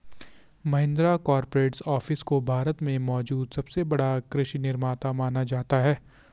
Mahindra corporate office को भारत में मौजूद सबसे बड़ा कृषि निर्माता माना जाता है